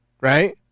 right